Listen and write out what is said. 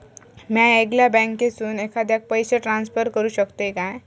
म्या येगल्या बँकेसून एखाद्याक पयशे ट्रान्सफर करू शकतय काय?